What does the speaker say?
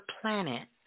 planet